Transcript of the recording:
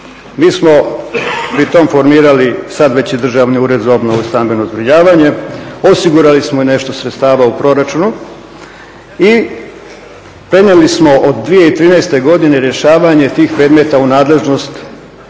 Mi smo pri tom formirali sad već i Državni ured za obnovu i stambeno zbrinjavanje, osigurali smo i nešto sredstava u proračunu i prenijeli smo od 2013. godine rješavanje tih predmeta u nadležnost